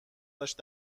داشت